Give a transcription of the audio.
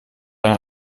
eine